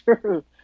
true